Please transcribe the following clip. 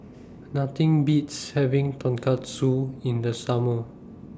Nothing Beats having Tonkatsu in The Summer